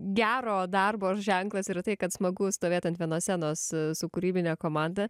gero darbo ženklas yra tai kad smagu stovėt ant vienos scenos su kūrybine komanda